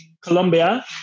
Colombia